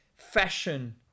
Fashion